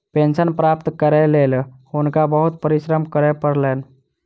pension प्राप्त करैक लेल हुनका बहुत परिश्रम करय पड़लैन